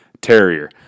Terrier